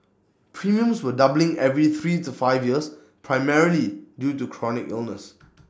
premiums were doubling every three to five years primarily due to chronic illnesses